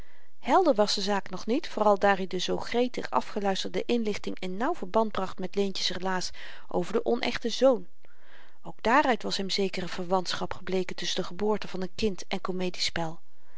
helder was de zaak nog niet vooral daar i de zoo gretig afgeluisterde inlichting in nauw verband bracht met leentjes relaas over den onechte zoon ook daaruit was hem zekere verwantschap gebleken tusschen de geboorte van n kind en